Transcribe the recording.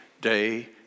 Day